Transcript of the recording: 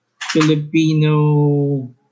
Filipino